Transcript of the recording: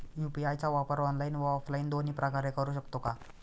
UPI चा वापर online व ऑफलाईन दोन्ही प्रकारे करु शकतो का?